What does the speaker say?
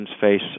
face